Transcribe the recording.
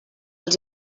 els